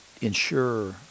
ensure